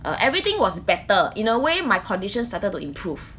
err everything was better in a way my condition started to improve